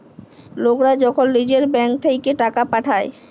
লকরা যখল লিজের ব্যাংক থ্যাইকে টাকা পাঠায়